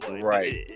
Right